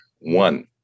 one